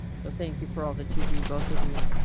so thank you for all that you do, both of you.